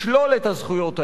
לשלול את הזכויות האלה.